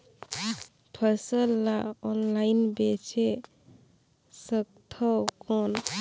फसल ला ऑनलाइन बेचे सकथव कौन?